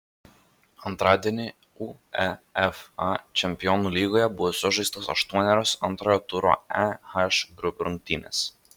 antradienį uefa čempionų lygoje buvo sužaistos aštuonerios antrojo turo e h grupių rungtynės